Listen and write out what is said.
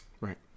Right